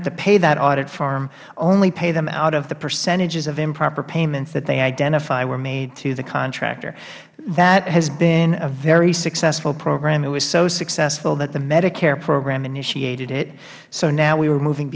have to pay that audit firm only pay them out of the percentage of improper payments that they identify were made to the contractor that has been a very successful program it was so successful that the medicare program initiated it so now we are moving